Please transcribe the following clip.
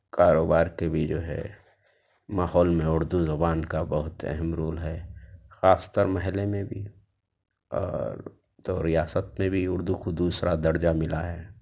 کاروبار کے بھی جو ہے ماحول میں اردو زبان کا بہت اہم رول ہے خاص تر محلے میں بھی اور تو ریاست میں بھی اردو کو دوسرا درجہ ملا ہے